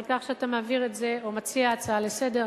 על כך שאתה מעביר את זה או מציע הצעה לסדר,